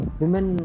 women